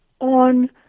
on